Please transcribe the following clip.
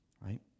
right